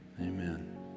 Amen